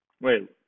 Wait